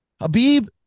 Habib